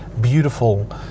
beautiful